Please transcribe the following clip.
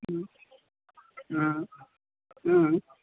ആ ആ